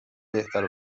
بهتر